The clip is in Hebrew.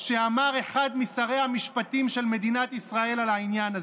שאמר אחד משרי המשפטים של מדינת ישראל על העניין הזה.